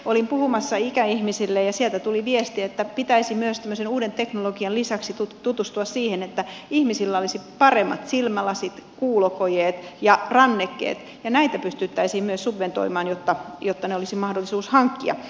olin puhumassa ikäihmisille ja sieltä tuli viesti että pitäisi uuden teknologian lisäksi tutustua siihen että ihmisillä olisi paremmat silmälasit kuulokojeet ja rannekkeet ja näitä pystyttäisiin myös subventoimaan jotta ne olisi mahdollisuus hankkia